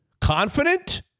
confident